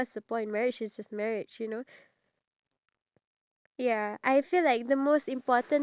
there's no planning involved that's why the marriage just seems like oh my god it's going downfall